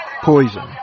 poison